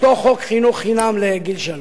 אותו חוק חינוך חינם לגיל שלוש.